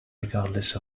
regardless